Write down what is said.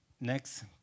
Next